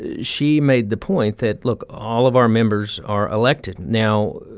ah she made the point that, look all of our members are elected. now,